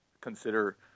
consider